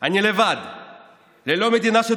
ואני אומר את זה כמי